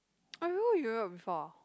oh you you heard before